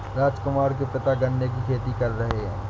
राजकुमार के पिता गन्ने की खेती कर रहे हैं